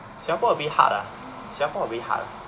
singapore a bit hard ah singapore a bit hard